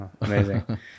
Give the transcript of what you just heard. amazing